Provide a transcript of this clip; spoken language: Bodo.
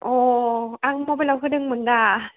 अ आं मबाइलाव होदोंमोन दा